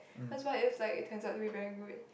cause what if like it turns out to be very good